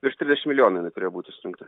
virš trisdešim milijonų jinai turėjo būti surinkta